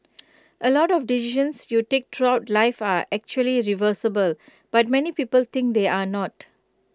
A lot of decisions you take throughout life are actually reversible but many people think they're not